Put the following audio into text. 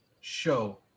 show